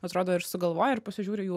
atrodo ir sugalvojo ir pasižiūri jų